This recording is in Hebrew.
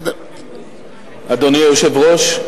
אדוני היושב-ראש,